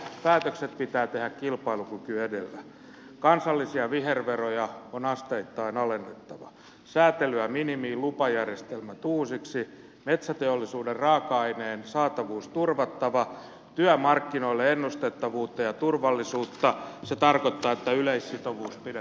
päätökset pitää tehdä kilpailukyky edellä kansallisia viherveroja on asteittain alennettava sääntelyä minimiin lupajärjestelmät uusiksi metsäteollisuuden raaka aineen saatavuus turvattava työmarkkinoille ennustettavuutta ja turvallisuutta se tarkoittaa että yleissitovuus pidetään voimassa